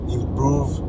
improve